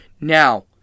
Now